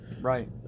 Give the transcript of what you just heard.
Right